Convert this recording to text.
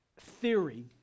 theory